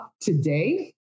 today